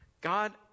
God